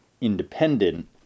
independent